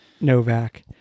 Novak